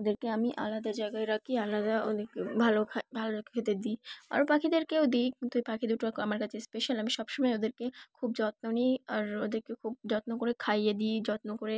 ওদেরকে আমি আলাদা জায়গায় রাখি আলাদা ওদেরকে ভালো খ ভালো খেতে দিই আরও পাখিদেরকেও দিই কিন্তু এই পাখি দুটো আমার কাছে স্পেশাল আমি সব সময় ওদেরকে খুব যত্ন নিই আর ওদেরকে খুব যত্ন করে খাইয়ে দিই যত্ন করে